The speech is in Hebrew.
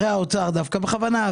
בכוונה,